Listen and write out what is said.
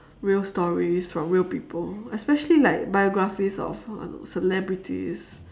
real stories from real people especially like biographies of I don't know celebrities